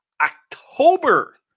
October